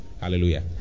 Hallelujah